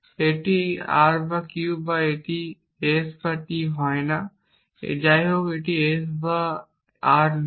এটি R বা Q হয়ে যায় এটি P বা S বা T হয় না এবং এটি যাইহোক R বা S নয়